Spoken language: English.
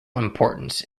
importance